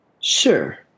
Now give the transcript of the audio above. Sure